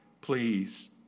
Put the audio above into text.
Please